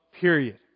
period